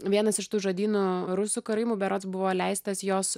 vienas iš tų žodynų rusų karaimų berods buvo leistas jos